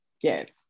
yes